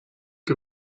que